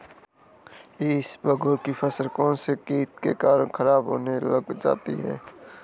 इसबगोल की फसल कौनसे कीट के कारण खराब होने लग जाती है?